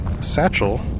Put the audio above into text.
satchel